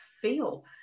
feel